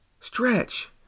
Stretch